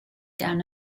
down